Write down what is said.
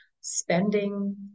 spending